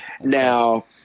Now